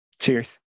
Cheers